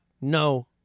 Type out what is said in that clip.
no